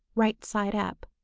right side up,